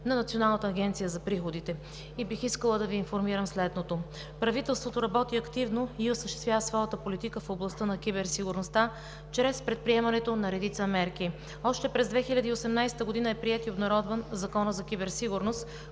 на Националната агенция за приходите и бих искала да Ви информирам следното. Правителството работи активно и осъществява своята политика в областта на киберсигурността чрез предприемането на редица мерки. Още през 2018 г. е приет и обнародван Законът за киберсигурност,